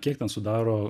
kiek ten sudaro